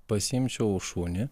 pasiimčiau šunį